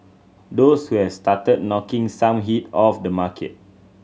those who has started knocking some heat off the market